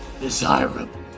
Desirable